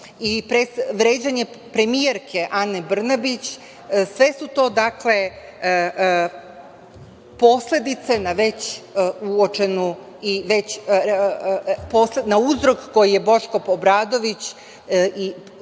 i vređanje premijerke Ane Brnabić, sve su to posledice na već uočen uzrok koji je Boško Obradović